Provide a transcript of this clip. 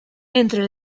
entre